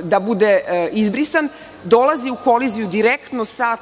da bude izbrisan. Dolazi u koliziju direktno sa